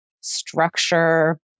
structure